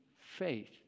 faith